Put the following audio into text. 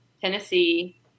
Tennessee